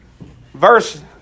Verse